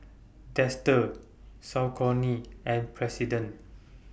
Dester Saucony and President